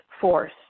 force